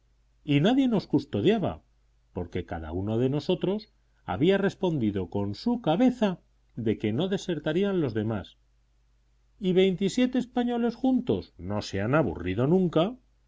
y nadie nos custodiaba porque cada uno de nosotros había respondido con su cabeza de que no desertarían los demás y veintisiete españoles juntos no se han aburrido nunca